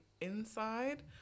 inside